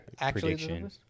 prediction